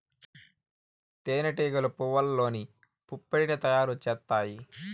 తేనె టీగలు పువ్వల్లోని పుప్పొడిని తయారు చేత్తాయి